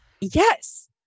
Yes